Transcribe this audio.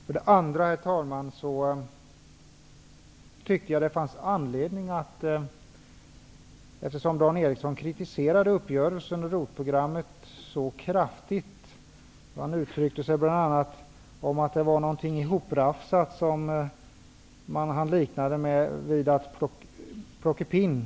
För det andra kritiserade Dan Eriksson uppgörelsen om ROT-programmet väldigt kraftigt. Han uttryckte sig bl.a. som så att det var någonting ihoprafsat som han liknade vid plockepinn.